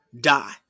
die